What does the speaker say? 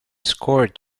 scored